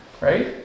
right